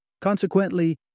Consequently